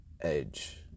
edge